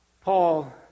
Paul